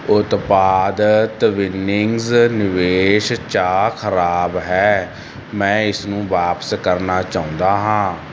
ਉਤਪਾਦ ਤਵਿੰਨ੍ਹਈਂਗਸ ਨਿਵੇਸ਼ ਚਾਹ ਖਰਾਬ ਹੈ ਮੈਂ ਇਸਨੂੰ ਵਾਪਸ ਕਰਨਾ ਚਾਹੁੰਦਾ ਹਾਂ